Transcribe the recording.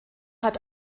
hat